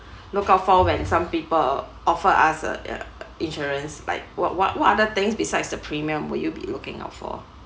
look out for when some people offer us a uh insurance like what what what other things besides the premium will you be looking out for